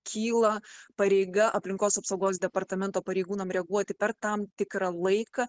kyla pareiga aplinkos apsaugos departamento pareigūnam reaguoti per tam tikrą laiką